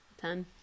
Ten